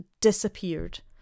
disappeared